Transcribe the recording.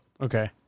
okay